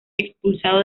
expulsado